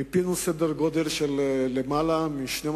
מיפינו סדר-גודל של למעלה מ-12